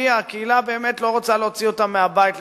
כי הקהילה באמת לא רוצה להוציא אותם מהבית למרכז-היום,